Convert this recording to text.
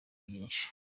byinshi